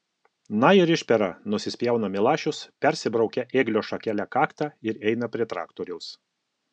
na ir išpera nusispjauna milašius persibraukia ėglio šakele kaktą ir eina prie traktoriaus